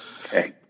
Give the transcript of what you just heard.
Okay